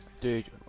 Dude